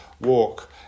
walk